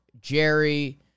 Jerry